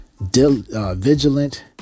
vigilant